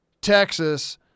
Texas